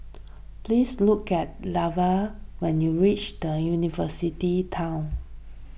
please look at Leva when you reach the University Town